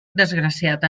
desgraciat